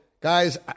guys